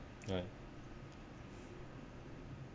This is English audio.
right